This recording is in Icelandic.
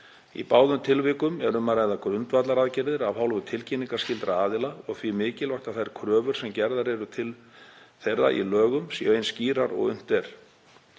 Í báðum tilvikum er um að ræða grundvallaraðgerðir af hálfu tilkynningarskyldra aðila og því mikilvægt að þær kröfur sem gerðar eru til þeirra í lögum séu eins skýrar og unnt